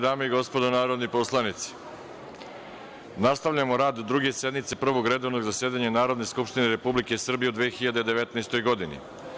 Dame i gospodo narodni poslanici, nastavljamo rad Druge sednice Prvog redovnog zasedanja Narodne Skupštine Republike Srbije u 2019. godini.